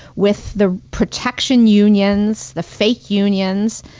with the protection unions, the fake unions,